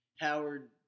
Howard